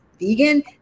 vegan